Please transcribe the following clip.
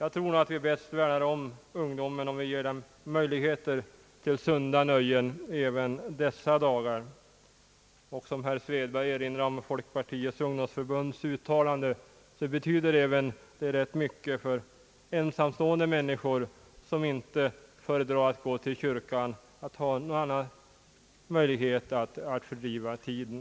Vi värnar bättre om ungdomen om vi ger den möjlighet till sunda nöjen även dessa dagar. Och som herr Svedberg erinrade om har folkpartiets ungdomsförbund uttalat att det betyder rätt mycket för ensamstående människor som inte föredrar att gå i kyrkan att ha andra möjligheter att fördriva tiden.